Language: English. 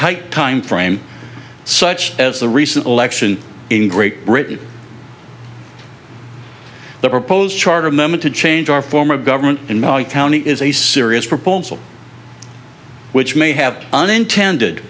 tight time frame such as the recent election in great britain the proposed charter member to change our former government in mali county is a serious proposal which may have unintended